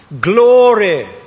Glory